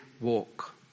walk